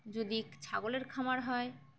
যদি ছাগলের খামার হয়